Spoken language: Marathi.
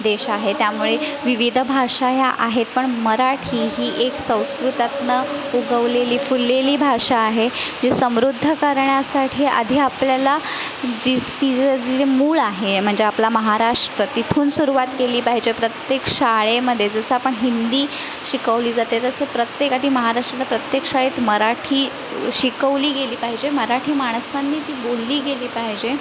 देश आहे त्यामुळे विविध भाषा ह्या आहेत पण मराठी ही एक संस्कृतातनं उगवलेली फुललेली भाषा आहे जी समृद्ध करण्यासाठी आधी आपल्याला जिस तिचं जे मूळ आहे म्हणजे आपला महाराष्ट्र तिथून सुरवात केली पाहिजे प्रत्येक शाळेमध्ये जसं आपण हिंदी शिकवली जाते तसं प्रत्येक आधी महाराष्ट्र प्रत्येक शाळेत मराठी शिकवली गेली पाहिजे मराठी माणसांनी ती बोलली गेली पाहिजे